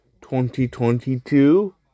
2022